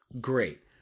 great